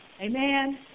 Amen